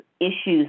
issues